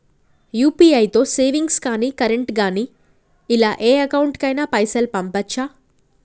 UPI తో savings గాని current గాని ఇలా ఏ అకౌంట్ కైనా పైసల్ పంపొచ్చా?